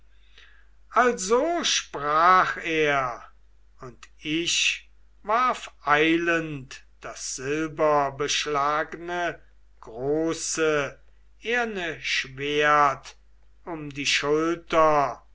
also sprach er und ich warf eilend das silberbeschlagne große eherne schwert um die schulter